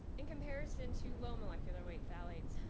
in comparison to low molecular weight phthalates,